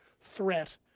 threat